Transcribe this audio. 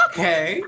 Okay